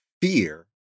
fear